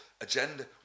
agenda